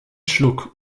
schluck